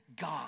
God